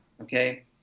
Okay